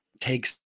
takes